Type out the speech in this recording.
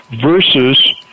versus